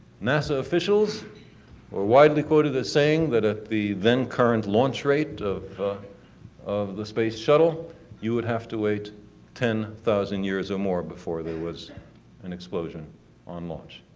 nasa officials were widely quoted saying that at the then current launch rate of of the space shuttle you would have to wait ten thousand years or more before there was an explosion on launch.